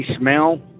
smell